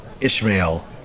Ishmael